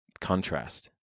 contrast